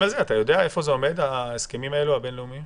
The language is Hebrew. אתה יודע איפה ההסכמים הבינלאומיים האלה עומדים?